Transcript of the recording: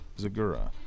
Zagura